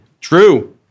True